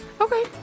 Okay